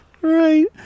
Right